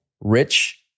rich